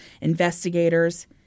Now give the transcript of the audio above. investigators